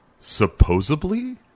Supposedly